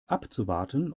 abzuwarten